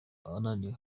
ananiwe